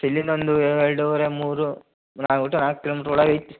so ಇಲ್ಲಿಂದ ಒಂದು ಎರಡೂವರೆ ಮೂರು ಒಟ್ಟು ನಾಲ್ಕು ಕಿಲೋಮೀಟ್ರ್ ಒಳಗೆ ಐತಿ